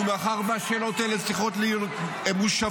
ומאחר שהשאלות האלה צריכות להיות מושבות